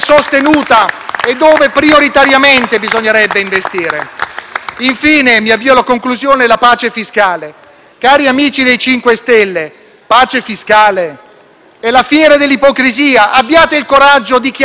Infine, mi avvio alla conclusione: la pace fiscale. Cari amici del Movimento 5 Stelle, pace fiscale? È la fiera dell'ipocrisia. Abbiate il coraggio di chiamare quella misura con il suo vero nome: è un condono!